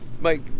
Mike